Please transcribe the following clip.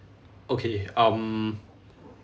okay um